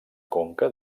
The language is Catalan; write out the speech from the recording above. conca